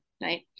right